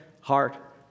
heart